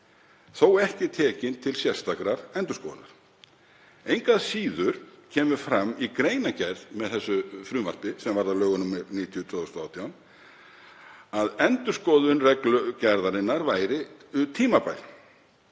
þó ekki tekin til sérstakrar endurskoðunar. Engu að síður kemur fram í greinargerð með frumvarpi sem varð að lögum nr. 90/2018 að endurskoðun reglugerðarinnar sé tímabær.